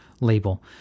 label